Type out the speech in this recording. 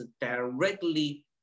directly